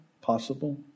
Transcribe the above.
Possible